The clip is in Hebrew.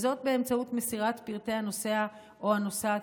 וזאת באמצעות מסירת פרטי הנוסע או הנוסעת